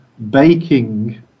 Baking